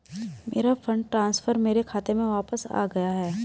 मेरा fund transfer मेरे खाते में वापस आ गया है